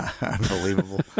unbelievable